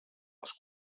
els